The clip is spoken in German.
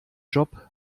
job